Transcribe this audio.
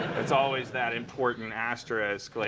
it's always that important asterisk, like